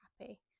happy